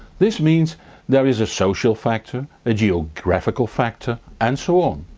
this means there is a social factor, a geographical factor and so on.